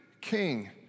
King